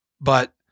but-